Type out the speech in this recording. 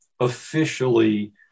officially